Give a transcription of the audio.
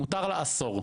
מותר לאסור.